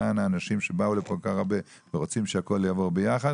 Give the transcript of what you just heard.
למען האנשים שבאו לפה ורוצים שהכל יעבור ביחד